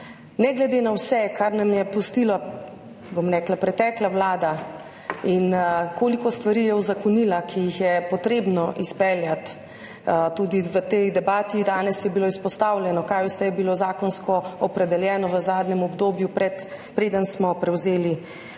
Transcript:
Ne glede na vse, kar nam je pustila, bom rekla, pretekla vlada in koliko stvari je uzakonila, ki jih je potrebno izpeljati. Tudi v tej debati danes je bilo izpostavljeno, kaj vse je bilo zakonsko opredeljeno v zadnjem obdobju, preden smo prevzeli možnost